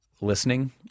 listening